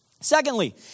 Secondly